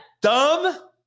dumb